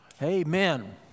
Amen